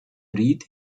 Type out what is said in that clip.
ried